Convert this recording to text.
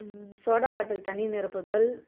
soda bottle தண்ணி நிரப்புதல்